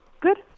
Good